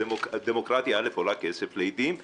הדמוקרטיה עולה לעיתים כסף,